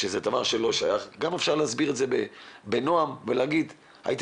גם אפשר להסביר בנועם ולומר 'הייתי